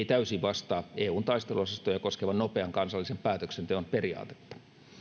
täysin vastaa eun taisteluosastoja koskevan nopean kansallisen päätöksenteon periaatetta